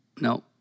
no